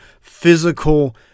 physical